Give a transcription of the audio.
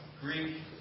Greek